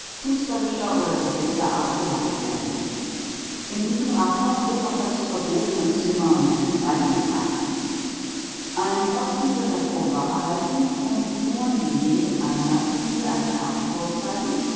künstlerischer oder geselliger art geladen werden in diesem rathaus wird auch das verbotene zimmer mit den zeitungen sein ein posten wird davor wache halten und nur diejenigen einlassen die eine karte vorzeigen